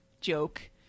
joke